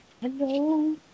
Hello